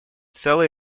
целый